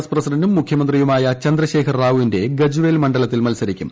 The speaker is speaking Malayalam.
എസ് പ്രസിഡന്റും മുഖ്യമന്ത്രിയുമായ ചന്ദ്രശേഖർ റാവുവിന്റെ ഗജ്വേൽ മണ്ഡലത്തിൽ മൽസരിക്കും